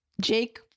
Jake